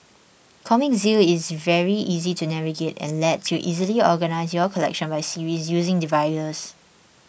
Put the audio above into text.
Comic Zeal is very easy to navigate and lets you easily organise your collection by series using dividers